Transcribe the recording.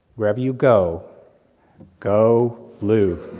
wherever you go go blue.